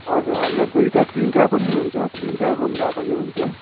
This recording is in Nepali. हजुर हामीलाई दुइटा तिनटा पनि हुन्छ तिनटा रुम भए पनि हुन्छ